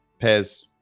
Pez